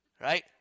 right